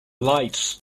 lights